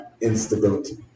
instability